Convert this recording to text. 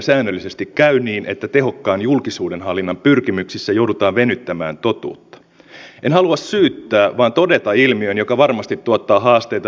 asedirektiivistä kysyi niin ikään moni edustaja kuinka voimme tähän asiaan vaikuttaa ja mitä teemme jos asedirektiivi astuu kaikesta huolimatta voimaan